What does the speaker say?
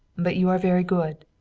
but you are very good.